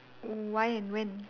why and when